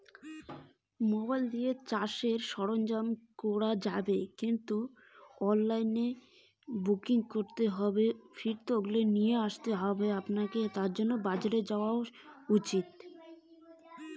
Mobile দিয়া কি চাষবাসের সরঞ্জাম কিনা সম্ভব?